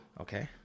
Okay